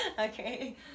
Okay